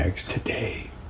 Today